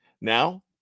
Now